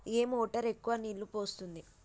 ఏ motor ఎక్కువ నీళ్లు పోస్తుంది?